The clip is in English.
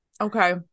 Okay